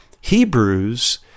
Hebrews